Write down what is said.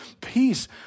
peace